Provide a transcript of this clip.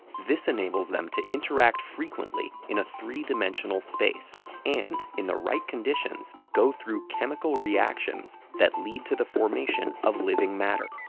this enables them to interact frequently in a three dimensional space and, in the right conditions, go through chemical reactions that lead to the formation of living matter.